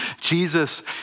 Jesus